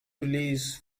release